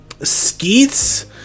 Skeets